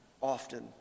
often